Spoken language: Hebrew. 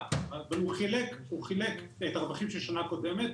הוא חילק את הרווחים של השנה הקודמת,